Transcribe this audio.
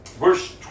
verse